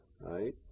right